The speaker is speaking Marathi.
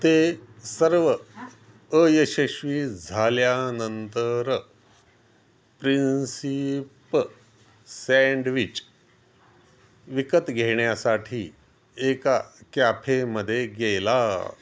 ते सर्व अयशस्वी झाल्यानंतर प्रिन्सीप सँडविच विकत घेण्यासाठी एका कॅफेमध्ये गेला